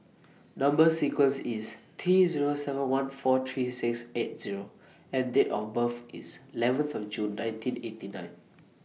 Number sequence IS T Zero seven one four three six eight O and Date of birth IS eleven five June nineteen eighty nine